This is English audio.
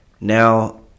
Now